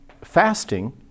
fasting